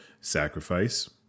sacrifice